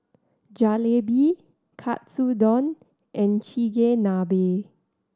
Jalebi Katsudon and Chigenabe